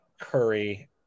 Curry